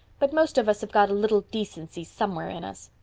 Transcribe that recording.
but most of us have got a little decency somewhere in us.